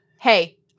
hey